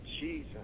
Jesus